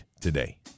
today